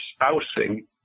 spousing